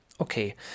Okay